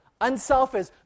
unselfish